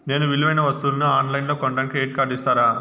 నేను విలువైన వస్తువులను ఆన్ లైన్లో కొనడానికి క్రెడిట్ కార్డు ఇస్తారా?